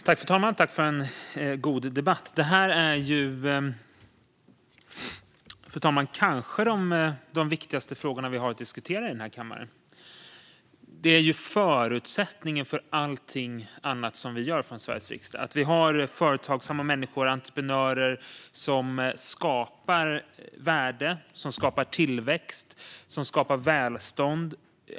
Fru talman! Jag tackar för en god debatt. Det här är kanske de viktigaste frågor vi har att diskutera i denna kammare. Det är förutsättningen för allt annat som vi gör i Sveriges riksdag att vi har företagsamma människor, entreprenörer, som skapar värde, tillväxt och välstånd.